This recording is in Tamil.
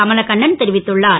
கமலகண்ணன் தெரிவித்துள்ளார்